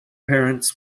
parents